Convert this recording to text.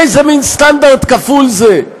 איזה מין סטנדרט כפול זה?